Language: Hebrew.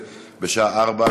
ההצבעה